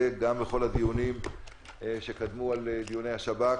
גם בכל הדיונים שקדמו על דיוני השב"כ.